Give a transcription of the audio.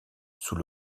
sous